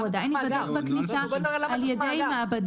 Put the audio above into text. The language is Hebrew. הוא עדיין ייבדק בכניסה על ידי מעבדה.